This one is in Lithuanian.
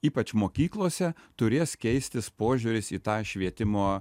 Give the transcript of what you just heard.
ypač mokyklose turės keistis požiūris į tą švietimo